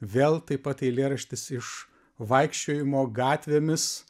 vėl taip pat eilėraštis iš vaikščiojimo gatvėmis